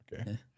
Okay